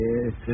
Yes